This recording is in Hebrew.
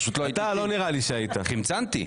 חמצנתי.